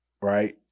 right